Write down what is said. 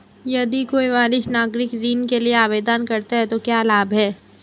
यदि कोई वरिष्ठ नागरिक ऋण के लिए आवेदन करता है तो क्या लाभ हैं?